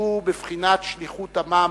הוא בבחינת שליחות עמם,